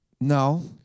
No